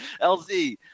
LZ